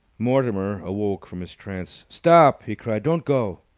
mortimer awoke from his trance. stop! he cried. don't go!